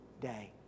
day